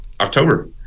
October